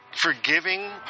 forgiving